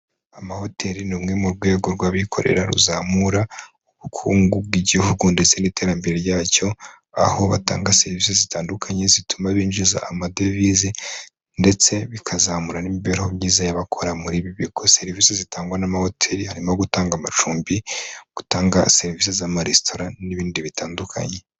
Amahoteli ni umwe mu rwego rw'abikorera ruzamura ubukungu bw'igihugu ndetse n'iterambere ryacyo aho batanga serivisi zitandukanye zituma binjiza amadovize ndetse bikazamura n'imibereho myiza y'abakora murigo serivisi zitangwa n'amahoteli harimo gutanga amacumbi gutanga serivisi zaamaresitora n'ibindi bitandukanye.